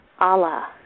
Allah